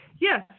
Yes